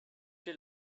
she